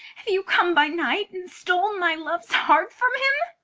have you come by night, and stol'n my love's heart from him?